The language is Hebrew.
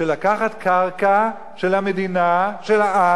לקחת קרקע של העם